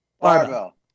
barbell